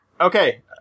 Okay